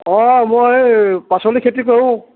অঁ মই পাচলি খেতি কৰোঁ